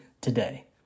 today